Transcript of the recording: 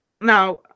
Now